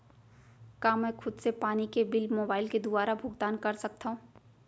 का मैं खुद से पानी के बिल मोबाईल के दुवारा भुगतान कर सकथव?